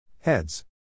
Heads